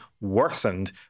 worsened